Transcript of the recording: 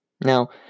Now